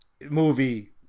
movie